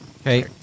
Okay